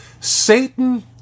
Satan